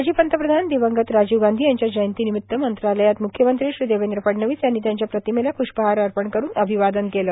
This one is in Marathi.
माजी पंतप्रधान दिवंगत राजीव गांधी यांच्या जयंतीनिमित्त मंत्रालयात मुख्यमंत्री श्री देवेंद्र फडणवीस यांनी त्यांच्या प्रतिमेस पुष्पहार अर्पण करून अभिवादन केलं